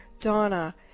Donna